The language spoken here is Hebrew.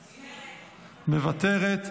מוותרת,